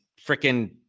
Freaking